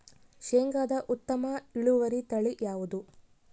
ಶೇಂಗಾದ ಉತ್ತಮ ಇಳುವರಿ ತಳಿ ಯಾವುದು?